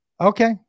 Okay